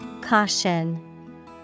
Caution